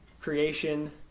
Creation